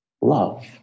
love